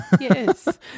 Yes